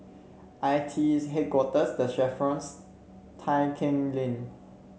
I T E Headquarters The Chevrons Tai Keng Lane